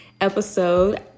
episode